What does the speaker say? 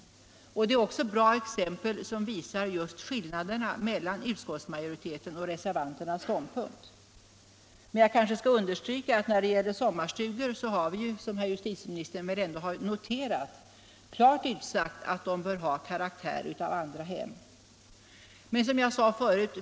Det är också bra exempel därför att de visar just skillnaderna mellan utskottsmajoritetens och reservanternas ståndpunkter. Jag kanske skall understryka att när det gäller sommarstugor har vi — Som herr justitieministern väl ändå har noterat — klart utsagt att de bör ha karaktär av ett andra hem.